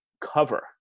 cover